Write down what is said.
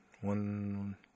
one